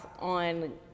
on